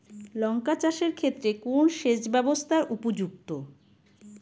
লঙ্কা চাষের ক্ষেত্রে কোন সেচব্যবস্থা উপযুক্ত?